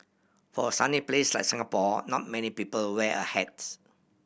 for a sunny place like Singapore not many people wear a hat